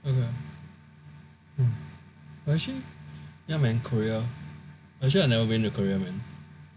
okay ya man Korea actually I never been to Korea man